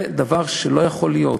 זה דבר שלא יכול להיות.